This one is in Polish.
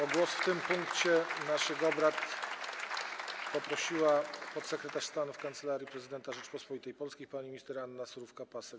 O głos w tym punkcie naszych obrad poprosiła podsekretarz stanu w Kancelarii Prezydenta Rzeczypospolitej Polskiej pani minister Anna Surówka-Pasek.